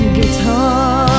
Guitar